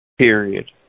period